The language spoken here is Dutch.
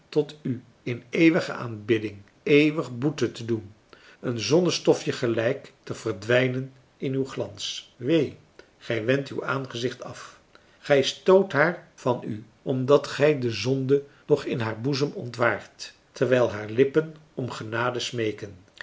tot u in eeuwige aanbidding eeuwig boete te doen een zonnestofje gelijk te verdwijnen in uw glans wee gij wendt uw aangezicht af gij stoot haar van u omdat gij de zonde nog in haar boezem ontwaart terwijl haar lippen om genade smeeken